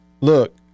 look